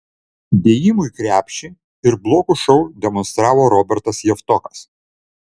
dėjimų į krepšį ir blokų šou demonstravo robertas javtokas